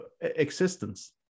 existence